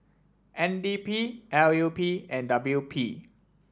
N D P L U P and W P